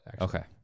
Okay